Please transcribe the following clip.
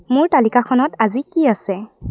মোৰ তালিকাখনত আজি কি আছে